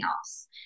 else